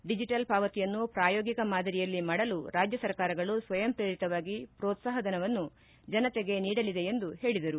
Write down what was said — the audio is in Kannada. ಡಿಜೆಟಲ್ ಪಾವತಿಯನ್ನು ಪ್ರಾಯೋಗಿಕ ಮಾದರಿಯಲ್ಲಿ ಮಾಡಲು ರಾಜ್ಯ ಸರ್ಕಾರಗಳು ಸ್ವಯಂ ಪ್ರೇರಿತವಾಗಿ ಮ್ರೋತ್ಸಾಹಧನವನ್ನು ಜನತೆಗೆ ನೀಡಲಿದೆ ಎಂದು ಹೇಳಿದರು